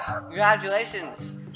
Congratulations